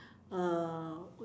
uh